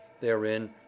Therein